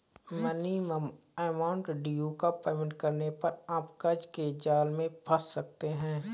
minimum amount due का payment करने पर आप कर्ज के जाल में फंस सकते हैं